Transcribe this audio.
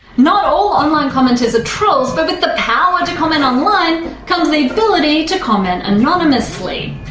not all online commenters are trolls, but with the power to comment online comes the ability to comment anonymously,